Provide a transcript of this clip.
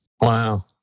Wow